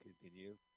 continue